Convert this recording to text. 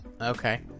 Okay